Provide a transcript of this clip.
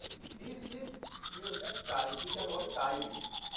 this is your that tie, these are all tie beams.